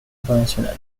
international